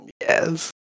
Yes